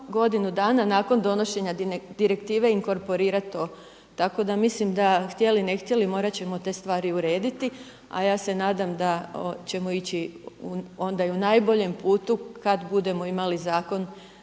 godinu dana nakon donošenja direktive inkorporirat to. Tako da mislim da htjeli ne htjeli morat ćemo te stvari urediti, a ja se nadam da ćemo ići ona i u najboljem putu kada budemo imali zakon